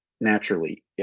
naturally